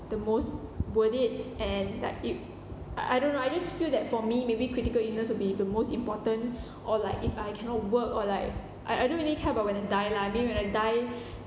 the most worth it and like if I I don't know I just feel that for me maybe critical illness would be the most important or like if I cannot work or like I I don't really care about when I die lah I mean when I die